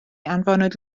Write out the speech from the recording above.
anfonwyd